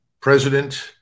President